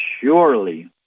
surely